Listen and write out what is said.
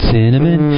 Cinnamon